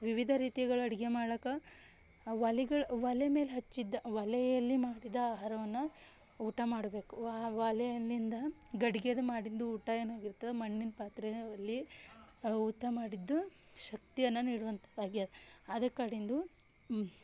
ವಿವಿಧ ರೀತಿಗಳ ಅಡುಗೆ ಮಾಡಕ್ಕೆ ಆ ಒಲೆಗಳ ಒಲೆ ಮೇಲೆ ಹಚ್ಚಿದ್ದ ಒಲೆಯಲ್ಲಿ ಮಾಡಿದ ಆಹಾರವನ್ನು ಊಟ ಮಾಡಬೇಕು ಒಲೆಯಲ್ಲಿಂದ ಗಡಿಗೆದು ಮಾಡಿದ್ದುಊಟ ಏನಾಗಿರ್ತದೆ ಮಣ್ಣಿನ ಪಾತ್ರೆಯಲ್ಲಿ ಊಟ ಮಾಡಿದ್ದು ಶಕ್ತಿಯನ್ನು ನೀಡುವಂತದ್ಯಾಗದ ಅದು ಕಡಿಂದು